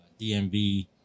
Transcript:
DMV